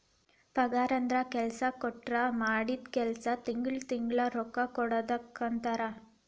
ಪಗಾರಂದ್ರ ಕೆಲ್ಸಾ ಕೊಟ್ಟೋರ್ ಮಾಡಿದ್ ಕೆಲ್ಸಕ್ಕ ತಿಂಗಳಾ ತಿಂಗಳಾ ರೊಕ್ಕಾ ಕೊಡುದಕ್ಕಂತಾರ